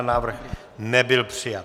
Návrh nebyl přijat.